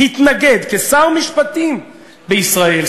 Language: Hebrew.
התנגד כשר משפטים בישראל,